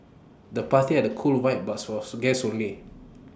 the party had cool vibe but was for guests only